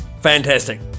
fantastic